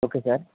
okay sir